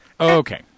Okay